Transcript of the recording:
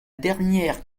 dernière